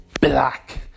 Black